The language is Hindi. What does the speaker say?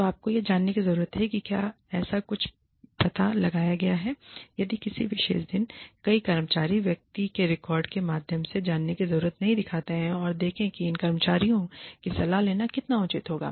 तो आपको यह जानने की जरूरत है कि क्या ऐसा कुछ पता लगाया गया है यदि किसी विशेष दिन पर कई कर्मचारी व्यक्ति के रिकॉर्ड के माध्यम से जाने की जरूरत नहीं दिखाते हैं और देखें कि इन कर्मचारियों की सलाह लेना कितना उचित होगा